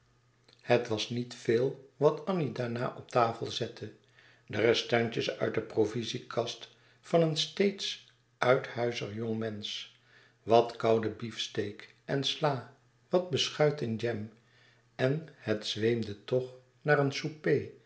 het was niet veel wat annie daarna op tafel zette de restantjes uit de provisiekast van een steeds uithuizig jongmensch wat kouden beef steak en slâ wat beschuit en jam maar het zweemde toch naar een souper